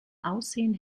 aussehen